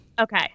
Okay